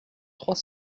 trois